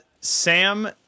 Sam